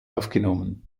aufgenommen